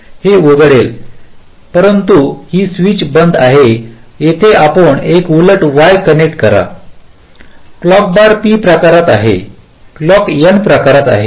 हे उघडेल परंतु हा स्विच बंद आहे येथे आपण एक उलट Y कनेक्ट करा क्लॉक बार P प्रकारात आहे क्लॉक N प्रकारात आहे